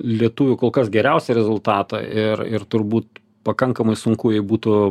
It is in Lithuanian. lietuvių kol kas geriausią rezultatą ir ir turbūt pakankamai sunku jį būtų